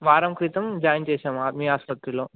వారం క్రితం జాయిన్ చేసాము ఆర్మీ ఆసుపత్రిలో